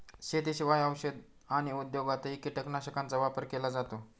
शेतीशिवाय औषध आणि उद्योगातही कीटकनाशकांचा वापर केला जातो